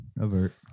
Avert